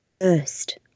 first